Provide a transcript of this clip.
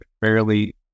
fairly